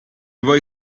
vuoi